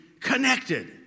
connected